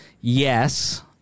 Yes